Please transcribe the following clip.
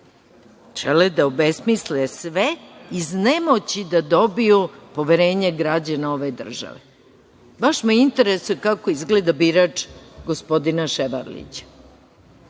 Žele da obesmisle sve, iz nemoći da dobiju poverenje građana ove države. Baš me interesuje kako izgleda birač gospodina Ševarlića.